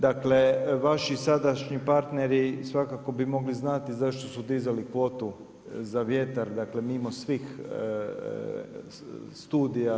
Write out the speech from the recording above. Dakle, vaši sadašnji partneri svakako bi mogli znati zašto su dizali kvotu za vjetar, dakle mimo svih studija.